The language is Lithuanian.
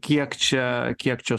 kiek čia kiek čia